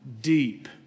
Deep